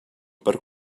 per